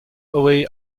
away